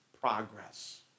progress